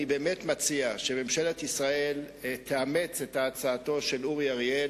אני באמת מציע שממשלת ישראל תאמץ את הצעתו של אורי אריאל.